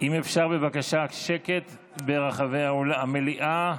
אם אפשר, בבקשה שקט ברחבי המליאה,